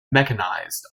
mechanized